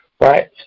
right